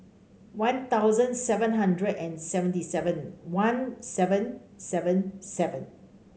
One Thousand seven hundred and seventy seven one seven seven seven